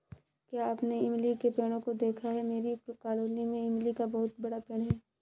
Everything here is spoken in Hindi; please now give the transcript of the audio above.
क्या आपने इमली के पेड़ों को देखा है मेरी कॉलोनी में इमली का बहुत बड़ा पेड़ है